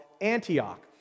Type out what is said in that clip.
Antioch